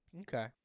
Okay